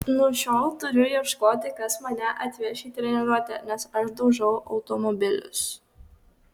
nuo šiol turiu ieškoti kas mane atveš į treniruotę nes aš daužau automobilius